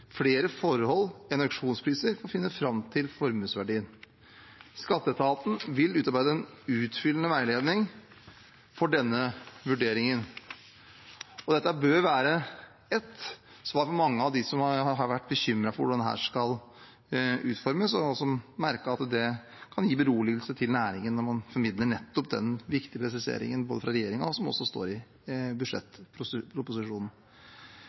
flere forhold enn auksjonspriser for å finne fram til formuesverdien. Skatteetaten vil utarbeide en utfyllende veiledning for denne vurderingen, og dette bør være ett svar for mange av dem som har vært bekymret for hvordan dette skal utformes. Jeg har også merket meg at det kan gi beroligelse til næringen når man formidler nettopp den viktige presiseringen fra regjeringen som også står i